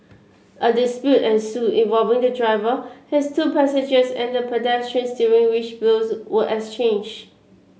a dispute ensued involving the driver his two passengers and pedestrians during which blows were exchanged